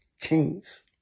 kings